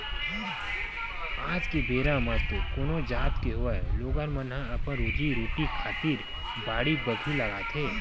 आज के बेरा म तो कोनो जात के होवय लोगन मन ह अपन रोजी रोटी खातिर बाड़ी बखरी लगाथे